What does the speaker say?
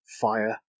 fire